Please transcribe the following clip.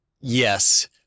Yes